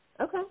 Okay